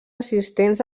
assistents